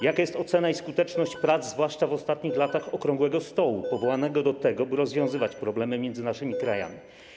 Jaka jest ocena i skuteczność prac, zwłaszcza w ostatnich latach okrągłego stołu powołanego do tego, by rozwiązywać problemy między naszymi krajami?